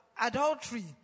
adultery